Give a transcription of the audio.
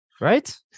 Right